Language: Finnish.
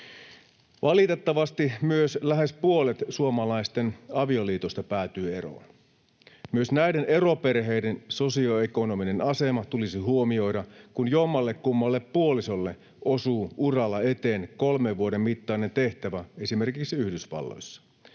Valitettavasti myös lähes puolet suomalaisten avioliitoista päättyy eroon. Myös näiden eroperheiden sosioekonominen asema tulisi huomioida, kun jommallekummalle puolisolle osuu uralla eteen kolmen vuoden mittainen tehtävä esimerkiksi Yhdysvalloissa